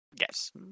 Yes